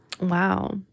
wow